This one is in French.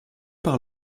par